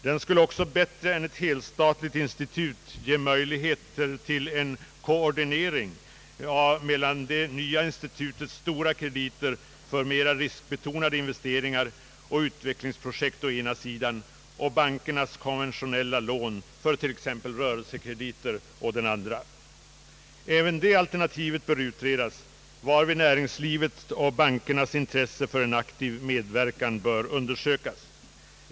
Den skulle också bättre än ett helstatligt institut ge möjligheter till en koordinering mellan det nya institutets stora krediter för mera riskbetonade investeringar och utvecklingsprojekt å den ena sidan och bankernas konventionella lån för t.ex. rörelsekrediter å den andra. Även det alternativet bör utredas varvid näringslivets och bankernas intresse för en aktiv medverkan bör undersökas.